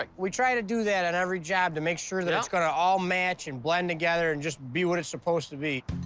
like we try to do that on every job to make sure that it's gonna all match and blend together and just be what it's supposed to be.